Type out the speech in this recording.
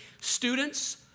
Students